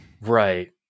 Right